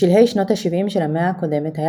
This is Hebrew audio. בשלהי שנות ה-70 של המאה הקודמת היה